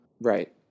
Right